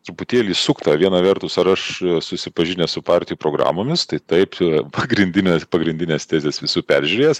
truputėlį suktą viena vertus ar aš susipažinęs su partijų programomis tai taip pagrindinės pagrindinės tezės visų peržiūrėjęs